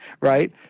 right